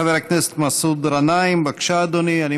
חבר הכנסת מסעוד גנאים, בבקשה, אדוני.